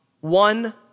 one